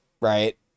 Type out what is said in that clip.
right